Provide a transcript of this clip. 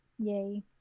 Yay